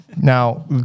Now